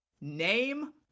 Name